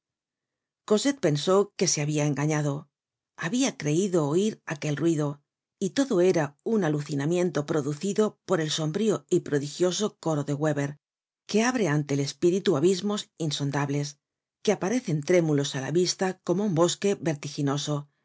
cosette pensó que se habia engañado habia creido oir aquel ruido y todo era un alucinamiento producido por el sombrío y prodigioso coro de weber que abre ante el espíritu abismos insondables que aparecen trémulos á la vista como un bosque vertiginoso